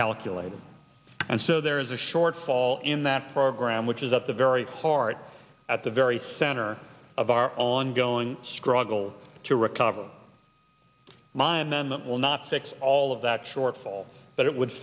calculated and so there is a shortfall in that program which is at the very heart at the very center of our ongoing struggle to recover mind then that will not fix all of that shortfall but it would